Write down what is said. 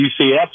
UCF